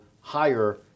higher